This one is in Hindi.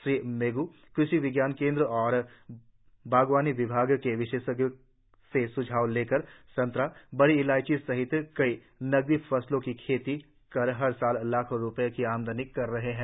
श्री मेगू कृषि विज्ञान केद्र और बागवानी विभाग के विशेषज्ञों से स्झाव लेकर संतरा बड़ी इलाईची सहित कई नगदी फसलों की खेती कर हर साल लाखों रुपये की आमदनी कर रहे हैं